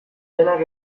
denak